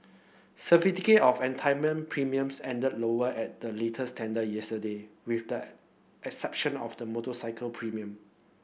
certificate of entitlement premiums ended lower at the latest tender yesterday with the exception of the motorcycle premium